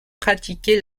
pratiquer